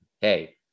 hey